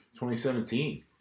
2017